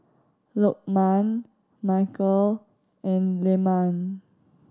Lokman Mikhail and Leman